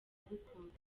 agukunda